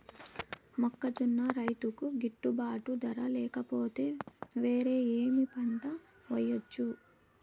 మొక్కజొన్న రైతుకు గిట్టుబాటు ధర లేక పోతే, వేరే ఏమి పంట వెయ్యొచ్చు?